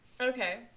Okay